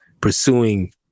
pursuing